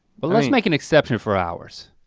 but let's make an exception for ours.